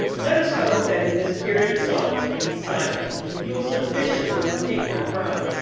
let us hope that in this period of solitude and silence you will sufficiently repent your crime,